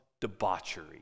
debauchery